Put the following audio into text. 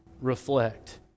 reflect